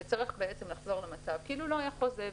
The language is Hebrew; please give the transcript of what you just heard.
וצריך לחזור למצב כאילו לא היה חוזה.